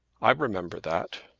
i remember that.